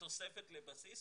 תוספת לבסיס,